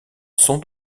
sans